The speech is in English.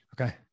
Okay